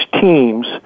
teams